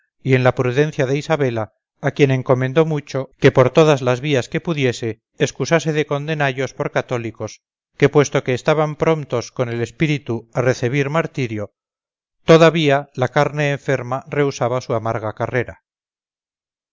y en la prudencia de isabela a quien encomendó mucho que por todas las vías que pudiese excusase de condenallos por cathólicos que puesto que estaban promptos con el espíritu a recebir martirio toda vía la carne enferma rehusaba su amarga carrera